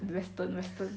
western western